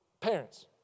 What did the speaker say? parents